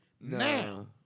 now